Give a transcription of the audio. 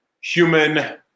human